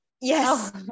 yes